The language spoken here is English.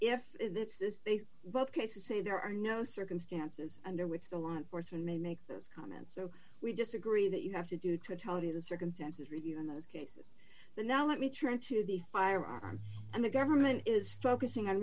if they both cases say there are no circumstances under which the law enforcement may make those comments so we disagree that you have to do to tell the the circumstances review in those cases the now let me turn to the firearm and the government is focusing on